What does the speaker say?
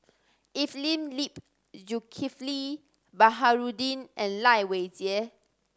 Evelyn Lip Zulkifli Baharudin and Lai Weijie